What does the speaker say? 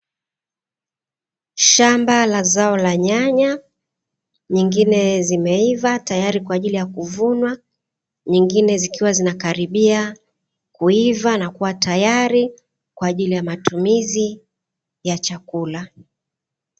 Shamba la zao la nyanya, nyingine zimeiva tayari kwa ajili ya kuvunwa, nyingine zikiwa zinalaribia kuiva na kuwa tayari kwa ajili ya matumizi ya chakula.